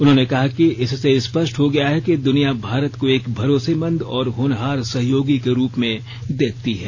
उन्होंने कहा कि इससे स्पष्ट हो गया है कि दुनिया भारत को एक भरोसेमंद और होनहार सहयोगी के रूप में देखती है